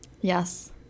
Yes